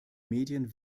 medien